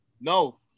No